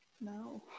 no